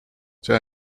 zij